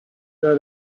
their